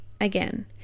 again